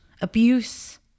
Abuse